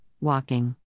walking